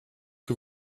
que